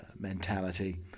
mentality